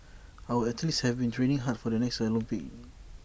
our athletes have been training hard for the next Olympics